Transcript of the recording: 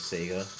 Sega